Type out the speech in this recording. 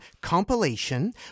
compilation